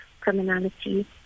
criminality